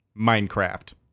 Minecraft